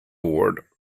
award